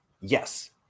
Yes